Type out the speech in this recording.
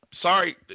sorry